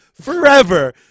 forever